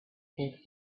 spent